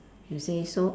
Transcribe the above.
you see so